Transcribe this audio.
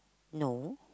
no